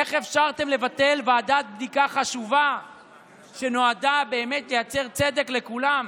איך אפשרתם לבטל ועדת בדיקה חשובה שנועדה באמת לייצר צדק לכולם?